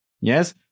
yes